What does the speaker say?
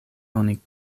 oni